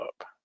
up